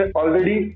already